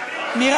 תקשיב.